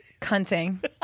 cunting